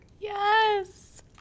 yes